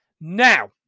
Now